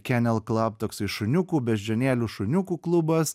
kenel klub toksai šuniukų beždžionėlių šuniukų klubas